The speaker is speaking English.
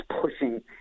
pushing